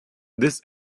this